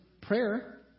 Prayer